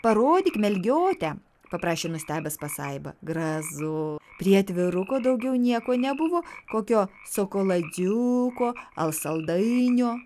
parodyk melgiote paprašė nustebęs pasaiba grazu prie atviruko daugiau nieko nebuvo kokio sokolaidziuko al saldainio